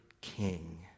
king